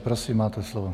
Prosím, máte slovo.